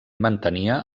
mantenia